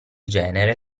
genere